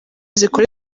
zikora